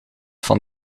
van